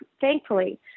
thankfully